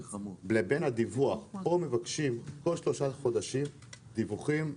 כאן מבקשים כל שלושה חודשים דיווחים,